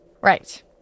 Right